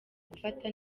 gufata